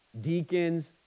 deacons